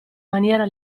maniera